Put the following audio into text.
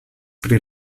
pri